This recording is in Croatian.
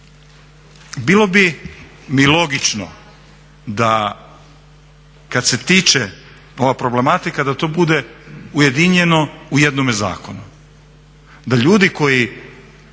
Bilo bi mi logično da kad se tiče ova problematika da to bude ujedinjeno u jednome zakonu,